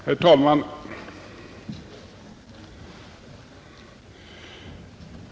Herr talman!